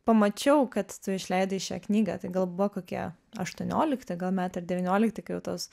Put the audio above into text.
pamačiau kad tu išleidai šią knygą tai gal buvo kokie aštuoniolikti gal metai ar devyniolikti kai jau tos